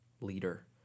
leader